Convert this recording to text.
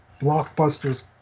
blockbusters